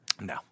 No